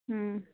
ಹ್ಞೂಂ